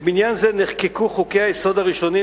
בבניין זה נחקקו חוקי-היסוד הראשונים,